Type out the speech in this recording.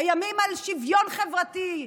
הימים על שוויון חברתי,